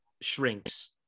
shrinks